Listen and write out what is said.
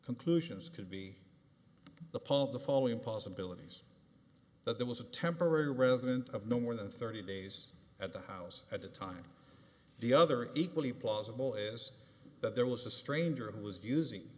conclusions could be the paul the following possibilities that there was a temporary resident of no more than thirty days at the house at the time the other equally plausible is that there was a stranger who was using